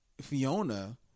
Fiona